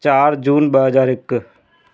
चारि जून ॿ हज़ार हिकु